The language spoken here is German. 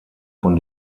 von